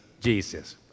Jesus